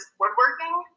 woodworking